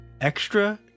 extra